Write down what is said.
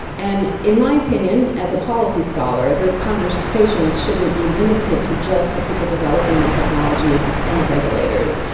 and in my opinion as a policy scholar, those conversations shouldn't be limited to just the people developing the technologies and the regulators.